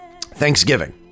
Thanksgiving